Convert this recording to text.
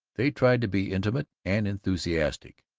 they tried to be intimate and enthusiastic.